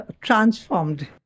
transformed